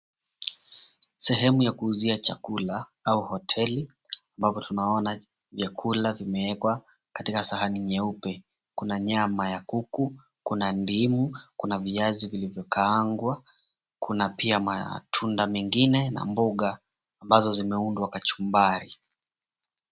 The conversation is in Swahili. Sehemu ya kuuzia chakula au hoteli ambapo tunaona vyakula vimeekwa katika sahani nyeupe kuna nyama ya kuku, kuna ndimu, kuna viazi vilivyo kaangwa, kuna pia matunda mengine na mboga ambazo zimeundwa kachumbari.